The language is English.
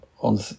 on